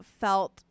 felt